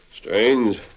Strange